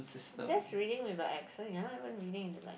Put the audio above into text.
that's reading with my accent you don't even reading in the like